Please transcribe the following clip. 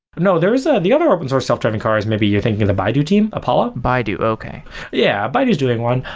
no, there is a the other open source self-driving cars maybe you're thinking the baidu team, apollo? baidu, okay yeah, baidu is doing one.